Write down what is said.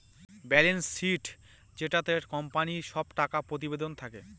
balance sheet যেটাতে কোম্পানির সব টাকা প্রতিবেদন থাকে